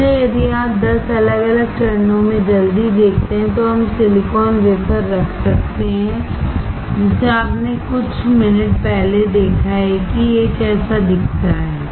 इसलिए यदि आप 10 अलग अलग चरणों में जल्दी देखते हैं तो हम सिलिकॉन वेफर रख सकते हैं जिसे आपने कुछ मिनट पहले देखा है कि यह कैसा दिखता है